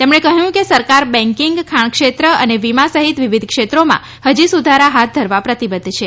તેમણે કહ્યું કે સરકાર બેન્કિંગ ખાણ ક્ષેત્ર અને વિમા સહિત વિવિધ ક્ષેત્રોમાં હજી સુધારા હાથ ધરવા પ્રતિબદ્ધ છે